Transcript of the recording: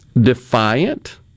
defiant